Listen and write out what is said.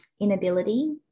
inability